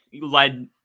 led